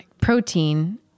protein